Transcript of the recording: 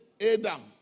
Adam